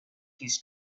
his